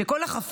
כדי שכל החפץ,